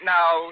Now